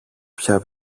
πια